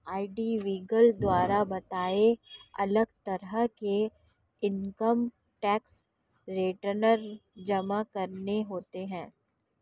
IT विभाग द्वारा बताए, अलग तरह के इन्कम टैक्स रिटर्न जमा करने होते है